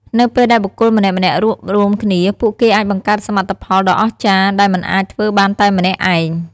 នៅពេលដែលបុគ្គលម្នាក់ៗរួបរួមគ្នា ពួកគេអាចបង្កើតសមិទ្ធផលដ៏អស្ចារ្យដែលមិនអាចធ្វើបានតែម្នាក់ឯង។